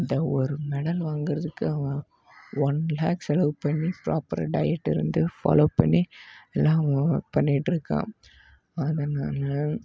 அந்த ஒரு மெடல் வாங்குறதுக்கு அவன் ஒன் லேக் செலவு பண்ணி ப்ராப்பராக டயட் இருந்து ஃபாலோ பண்ணி எல்லாம் பண்ணிகிட்டு இருக்கான் அதனால்